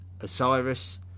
Osiris